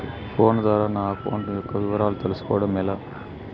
Phone ద్వారా నా account యొక్క వివరాలు తెలుస్కోవడం ఎలా?